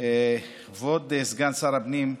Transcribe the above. כבוד סגן שר הפנים,